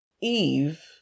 Eve